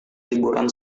liburan